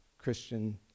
Christian